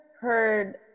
heard